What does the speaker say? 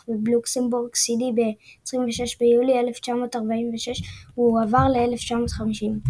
בלוקסמבורג סיטי ב-26 ביולי 1946 הוא הועבר ל-1950.